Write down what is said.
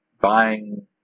buying